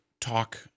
talk